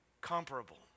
comparable